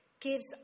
gives